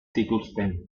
zituzten